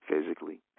physically